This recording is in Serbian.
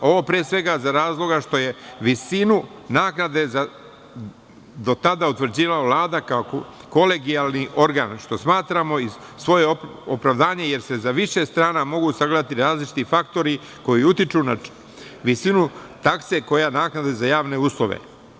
Ovo pre svega, iz razloga što je visinu naknade do tada utvrđivala Vlada, kao kolegijalni organ, što smatramo i svoje opravdanje, jer se za više strana mogu sagledati različiti faktori koji utiču na visinu takse, koja je naknada za javne uslove.